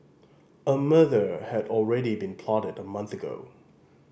a murder had already been plotted a month ago